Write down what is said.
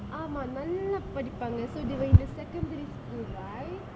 ஆமா நல்ல படிப்பாங்க:aamaa nalla padippaanga so they were in the secondary school right